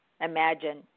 imagine